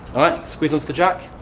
alright, squeeze onto the jack,